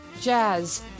jazz